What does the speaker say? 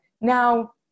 now